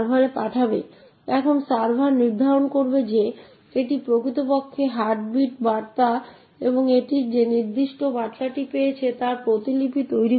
তাই মনে রাখবেন যে একটি রিটার্ন অ্যাড্রেস 084851b এ উপস্থিত রয়েছে যা মূলত এখানে উপস্থিত